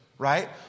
right